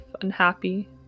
unhappy